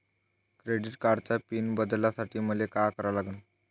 Credit कार्डाचा pin बदलासाठी मले का करा लागन?